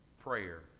prayer